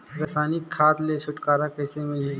रसायनिक खाद ले छुटकारा कइसे मिलही?